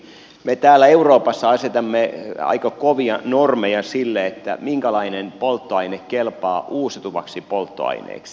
me täällä euroopassa asetamme aika kovia normeja sille minkälainen polttoaine kelpaa uusiutuvaksi polttoaineeksi